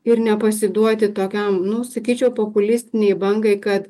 ir nepasiduoti tokiam nu sakyčiau populistinei bangai kad